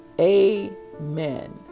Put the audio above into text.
Amen